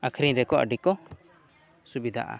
ᱟᱹᱠᱷᱨᱤᱧ ᱨᱮ ᱠᱚ ᱟᱹᱰᱤ ᱠᱚ ᱥᱩᱵᱤᱫᱟᱜᱼᱟ